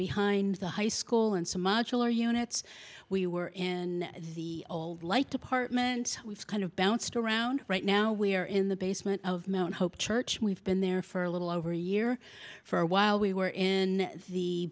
behind the high school and smuggler units we were in the old like department we've kind of bounced around right now we're in the basement of mount hope church we've been there for a little over a year for a while we were in the